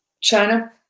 China